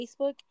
Facebook